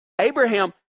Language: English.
Abraham